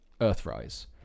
Earthrise